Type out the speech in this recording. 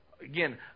Again